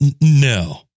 no